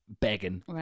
begging